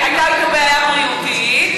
שהייתה לו בעיה בריאותית.